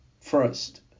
first